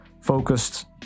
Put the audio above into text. focused